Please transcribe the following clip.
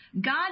God